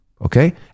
okay